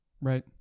Right